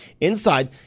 inside